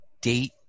date